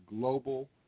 global